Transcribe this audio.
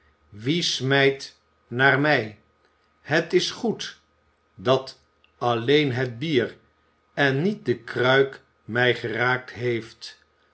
wie smijt naar mij het is goed dat alleen het bier en niet de kruik mij geraakt heeft